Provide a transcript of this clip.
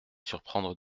surprendre